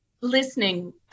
listening